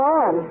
on